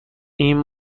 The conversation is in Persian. این